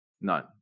None